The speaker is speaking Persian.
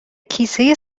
کیسه